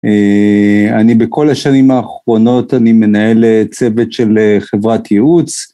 אני בכל השנים האחרונות אני מנהל צוות של חברת ייעוץ.